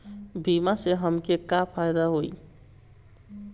बीमा से हमके का फायदा होई?